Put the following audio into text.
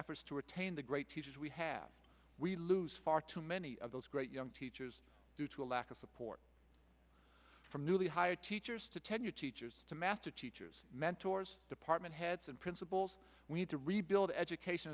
efforts to retain the great teachers we have we lose far too many of those great young teachers due to a lack of support from newly hired teachers to tenure teachers to master teachers mentors department heads and principals we need to rebuild education